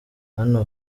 hano